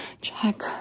check